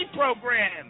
program